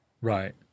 Right